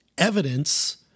evidence